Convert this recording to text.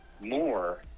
more